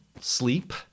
sleep